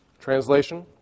Translation